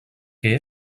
que